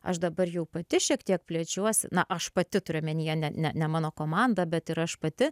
aš dabar jau pati šiek tiek plečiuosi na aš pati turiu omenyje ne ne ne mano komanda bet ir aš pati